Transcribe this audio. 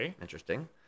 Interesting